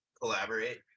Collaborate